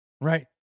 right